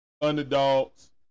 underdogs